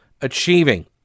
achieving